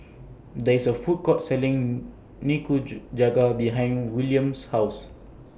There IS A Food Court Selling Nikujaga behind Willam's House